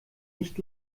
nicht